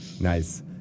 Nice